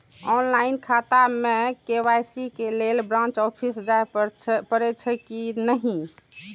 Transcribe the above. Online खाता में KYC के लेल ब्रांच ऑफिस जाय परेछै कि नहिं?